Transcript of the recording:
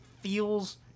feels